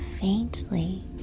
faintly